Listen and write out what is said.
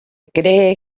cree